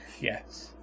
Yes